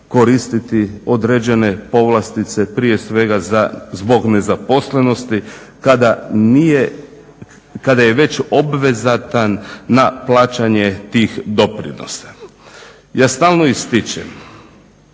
koristiti određene povlastice prije svega zbog nezaposlenosti kada je već obvezatan na plaćanje tih doprinosa. Ja stalno ističem